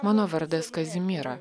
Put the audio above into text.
mano vardas kazimyra